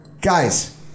Guys